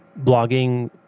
blogging